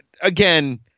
again